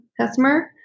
customer